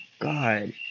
God